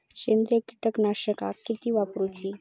सेंद्रिय कीटकनाशका किती वापरूची?